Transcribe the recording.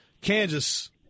Kansas